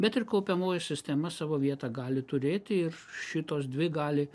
bet ir kaupiamoji sistema savo vietą gali turėti ir šitos dvi gali